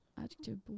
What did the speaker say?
Adjective